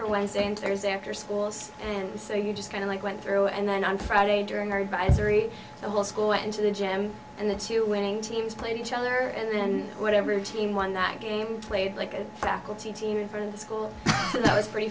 for wednesday in tears after schools and so you just kind of like went through and then on friday during our advisory the whole school went into the gym and the two winning teams played each other and then whatever team won that game played like a faculty team from the school that was pretty